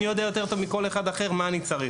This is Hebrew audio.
אני יודע יותר טוב מכל אחד אחר מה אני צריך.